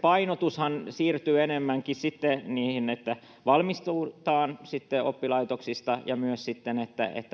painotushan siirtyy enemmänkin sitten siihen, että valmistutaan oppilaitoksista ja myös sitten